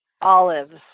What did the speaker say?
Olives